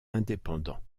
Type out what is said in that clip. indépendant